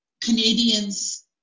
Canadians